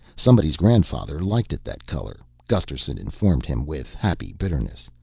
somebody's grandfather liked it that color, gusterson informed him with happy bitterness.